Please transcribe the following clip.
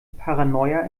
paranoia